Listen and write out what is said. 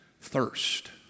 Thirst